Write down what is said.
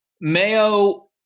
Mayo